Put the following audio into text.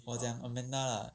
我讲 amanda lah